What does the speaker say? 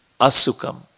asukam